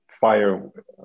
fire